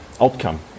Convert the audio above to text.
outcome